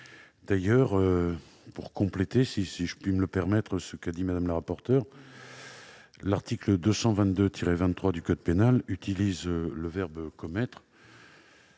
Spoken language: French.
D'ailleurs, pour compléter- si je puis me le permettre -les propos de Mme la rapporteure, l'article 222-23 du code pénal utilise le verbe commettre